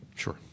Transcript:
Sure